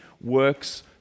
works